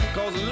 Cause